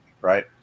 Right